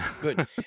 Good